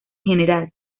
general